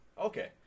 Okay